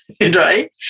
right